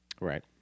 Right